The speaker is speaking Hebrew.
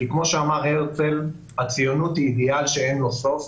כמו שאמר הרצל: הציונות היא אידיאל שאין לו סוף.